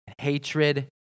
hatred